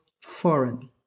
foreign